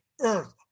earth